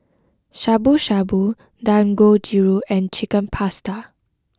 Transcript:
Shabu Shabu Dangojiru and Chicken Pasta